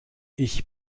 ich